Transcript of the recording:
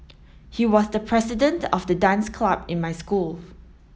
he was the president of the dance club in my school